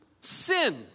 sin